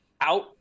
out